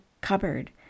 cupboard